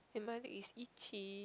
and my leg is itchy